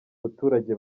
baturage